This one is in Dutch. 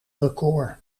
record